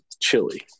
chili